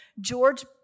George